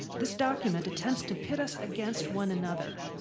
this document attempts to pit us against one another,